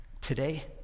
Today